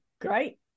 great